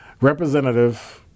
Representative